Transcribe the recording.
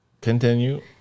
Continue